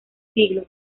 siglos